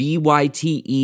B-Y-T-E